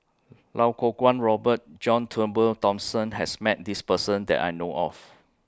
Lau Kuo Kwong Robert John Turnbull Thomson has Met This Person that I know of